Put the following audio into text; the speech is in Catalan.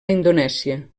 indonèsia